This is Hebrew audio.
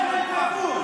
למה אתה מאפשר לו לדבר?